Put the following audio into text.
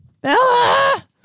Bella